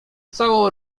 całą